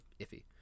iffy